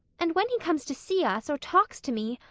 and when he comes to see us, or talks to me,